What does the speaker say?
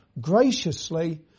graciously